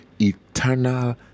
eternal